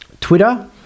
twitter